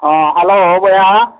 ᱦᱮᱸ ᱦᱮᱞᱳ ᱵᱚᱭᱦᱟ